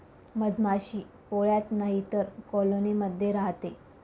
मधमाशी पोळ्यात नाहीतर कॉलोनी मध्ये राहते